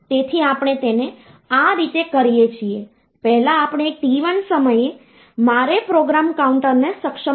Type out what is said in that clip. તેથી તમે કહી શકો કે જો આપણી પાસે ડેસિમલ નંબર સિસ્ટમમાં 5